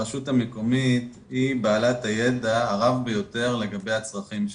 הרשות המקומית היא בעלת הידע הרב ביותר לגבי הצרכים שלה,